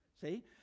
see